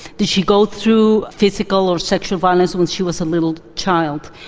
did she go through physical or sexual violence when she was a little child?